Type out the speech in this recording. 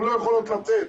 הן לא יכולות לצאת.